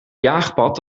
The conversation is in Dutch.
jaagpad